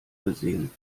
gesehen